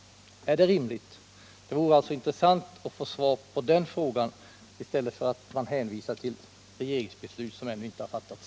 Är det rimligt? Det vore intressant att få svar på den frågan i stället för att få hänvisningar till regeringsbeslut som ännu inte har fattats.